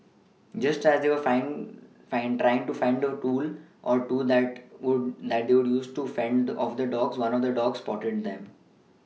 just as they were flying find finding to find a tool or two that would that to use to fend the off the dogs one of the dogs spotted them